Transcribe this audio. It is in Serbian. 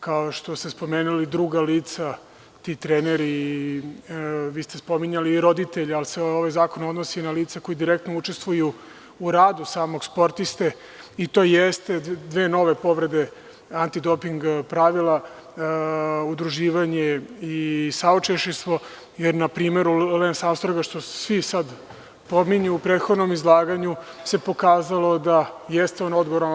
Kao što ste spomenuli druga lica, ti treneri, vi ste spominjali i roditelje, ali se ovaj zakon odnosi i na lica koja direktno učestvuju u radu samog sportiste i to jesu dve nove povrede anti doping pravila, udruživanje i saučesništvo, jer na primeru Lens Armstronga što svi sada pominju, u prethodnom izlaganju se pokazalo da jeste on odgovoran.